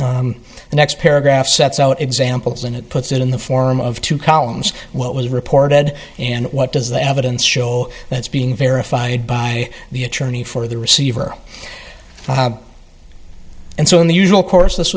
the next paragraph sets out examples and puts it in the form of two columns what was reported and what does the evidence show that's being verified by the attorney for the receiver and so in the usual course this